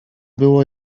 było